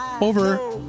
over